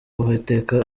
uwiteka